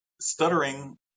stuttering